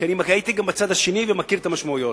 כי הייתי גם בצד השני ואני מכיר את המשמעויות,